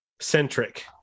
centric